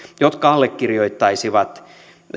jotka allekirjoittaisivat